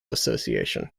association